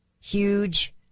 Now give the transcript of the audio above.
huge